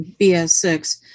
BS6